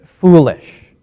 foolish